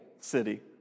city